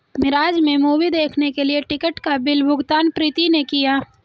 मिराज में मूवी देखने के लिए टिकट का बिल भुगतान प्रीति ने किया